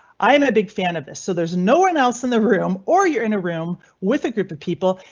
i'm a big fan of this, so there's no one else in the room or you're in a room with a group of people.